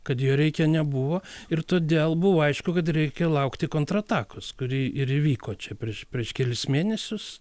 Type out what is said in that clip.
kad jo reikia nebuvo ir todėl buvo aišku kad reikia laukti kontratakos kuri ir įvyko čia prieš prieš kelis mėnesius